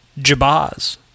Jabaz